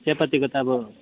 चियापत्तीको त अब